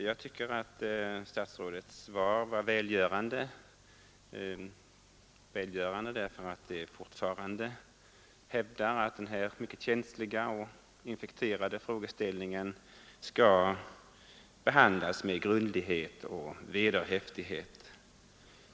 Jag tycker att statsrådets svar var välgörande därför att där fortfarande hävdas att den här mycket känsliga och infekterade frågeställningen skall behandlas med grundlighet och vederhäftighet.